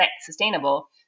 sustainable